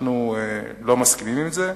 אנחנו לא מסכימים עם זה.